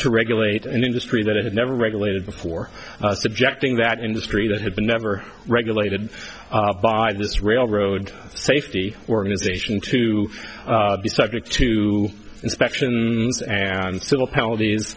to regulate an industry that had never regulated before subjecting that industry that had been never regulated by this railroad safety organization to be subject to inspection and civil